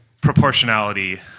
proportionality